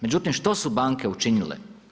Međutim što su banke učinile?